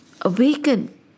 Awaken